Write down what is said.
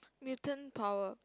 mutant power